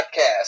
podcast